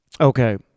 Okay